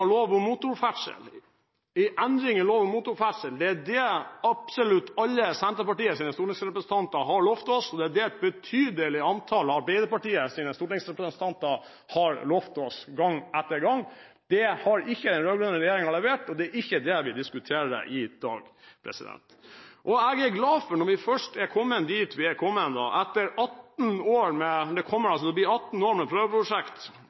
i lov om motorferdsel absolutt alle Senterpartiets stortingsrepresentanter har lovet oss, og det er det et betydelig antall av Arbeiderpartiets stortingsrepresentanter har lovet oss, gang etter gang. Det har ikke den rød-grønne regjeringen levert, og det er ikke det vi diskuterer i dag. Jeg er glad for når vi først har kommet dit vi har kommet – etter det som kommer til å bli 18 år med prøveprosjekt